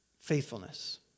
faithfulness